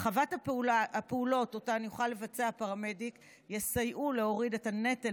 הרחבת הפעולות שאותן יוכל הפרמדיק לבצע תסייע להוריד את הנטל